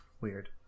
weird